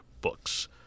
Books